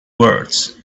words